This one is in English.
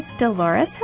Dolores